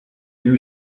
new